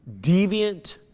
deviant